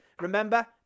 Remember